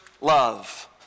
love